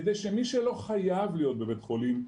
כדי שמי שלא חייב להיות בבית חולים,